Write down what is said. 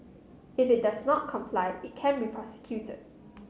if it does not comply it can be prosecuted